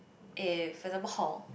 eh for example hall